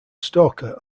stalker